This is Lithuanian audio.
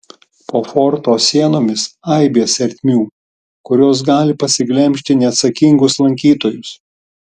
po forto sienomis aibės ertmių kurios gali pasiglemžti neatsakingus lankytojus